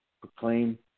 proclaim